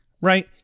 Right